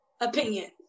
opinion